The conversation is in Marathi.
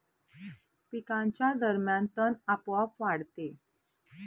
पिकांच्या दरम्यान तण आपोआप वाढते